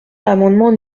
l’amendement